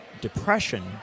depression